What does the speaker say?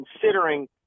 considering